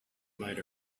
might